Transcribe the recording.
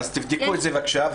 תבדקו את זה בבקשה.